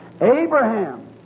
Abraham